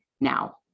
now